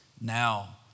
now